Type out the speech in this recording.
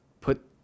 put